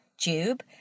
tube